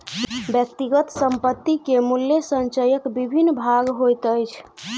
व्यक्तिगत संपत्ति के मूल्य संचयक विभिन्न भाग होइत अछि